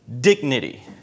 dignity